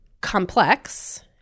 complex